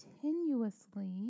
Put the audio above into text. continuously